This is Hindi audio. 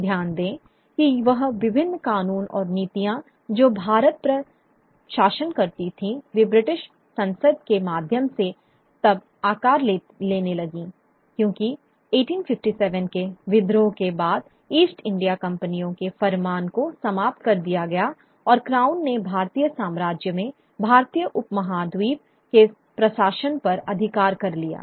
ध्यान दें कि वह विभिन्न कानून और नीतियां जो भारत पर शासन करती थीं वे ब्रिटिश संसद के माध्यम से तब आकार लेने लगीं क्योंकि 1857 के विद्रोह के बाद ईस्ट इंडिया कंपनियों के फरमान को समाप्त कर दिया गया और क्राउन ने भारतीय साम्राज्य मेें भारतीय उपमहाद्वीप के प्रशासन पर अधिकार कर लिया